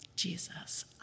Jesus